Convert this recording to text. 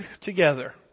together